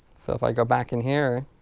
if i go back in here